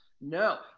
no